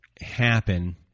happen